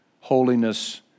holiness